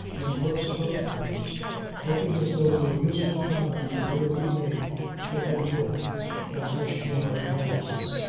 and books above papers looking as though no useful product could ever be made to come forth from such chaotic elements.